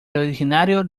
originario